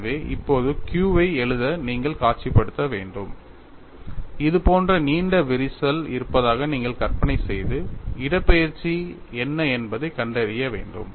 எனவே இப்போது Q வை எழுத நீங்கள் காட்சிப்படுத்த வேண்டும் இதுபோன்ற நீண்ட விரிசல் இருப்பதாக நீங்கள் கற்பனை செய்து இடப்பெயர்ச்சி என்ன என்பதைக் கண்டறிய வேண்டும்